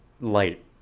light